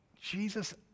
Jesus